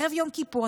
ערב יום כיפור,